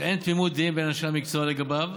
שאין תמימות דעים בין אנשי המקצוע לגביו,